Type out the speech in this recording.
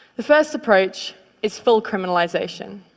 the first approach is full criminalization.